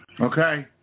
okay